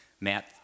Matt